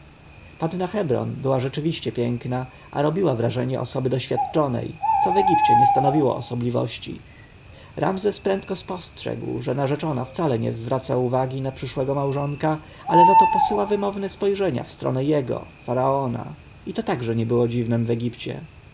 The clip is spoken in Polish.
panna hebron była rzeczywiście piękna a robiła wrażenie osoby doświadczonej co w egipcie nie stanowiło osobliwości ramzes prędko spostrzegł że narzeczona wcale nie zwraca uwagi na przyszłego małżonka ale zato posyła wymowne spojrzenia w stronę jego faraona i to także nie było dziwnem w egipcie